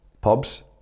pubs